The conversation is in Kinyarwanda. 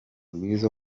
rwiza